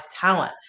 talent